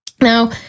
Now